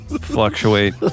fluctuate